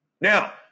Now